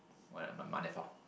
what are my money for